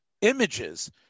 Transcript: images